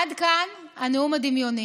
עד כאן הנאום הדמיוני.